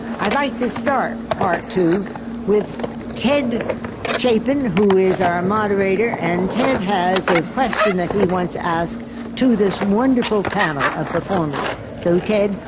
i'd like to start part two with ted chapin, who is our moderator, and ted has a question that he wants asked to this wonderful panel of performers. so, ted,